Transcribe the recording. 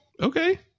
Okay